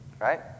Right